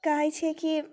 कहै छियै कि